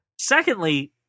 secondly